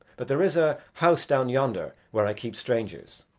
but there is a house down yonder where i keep strangers,